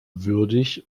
würdig